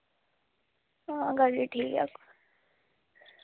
आं ठीक ऐ